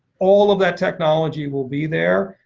all of that technology will be there.